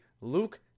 Luke